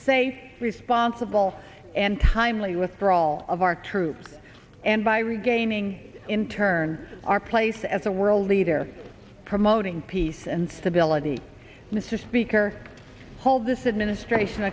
safe responsible and timely withdrawal of our troops and by regaining in turn our place as a world leader promoting peace and stability mr speaker hold this administration